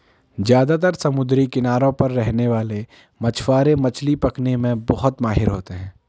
ज्यादातर समुद्री किनारों पर रहने वाले मछवारे मछली पकने में बहुत माहिर होते है